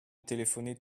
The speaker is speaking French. téléphoner